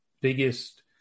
biggest